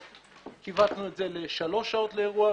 כיווצנו את זה לשלוש שעות לאירוע,